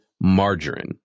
margarine